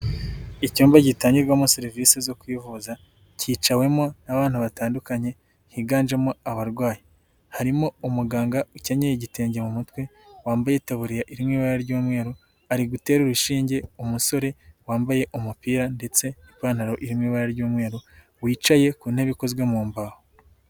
Icyumba gitangirwamo serivisi zo kwivuza, cyicawemo n'abana batandukanye higanjemo abarwayi, harimo umuganga ukenyeyr igitenge mu mutwe wambaye itaburiye iririmo ibara ry'umweru, arigutera urushinge umusore wambaye umupira ndetse n'ipantaro iri mu ibara ry'umweru wicaye ku ntebe ikozwe mu mbaho.